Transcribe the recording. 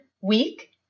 week